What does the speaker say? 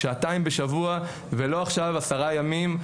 שעתיים בשבוע ולא עכשיו עשרה ימים.